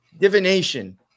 divination